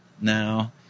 now